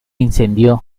incendió